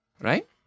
right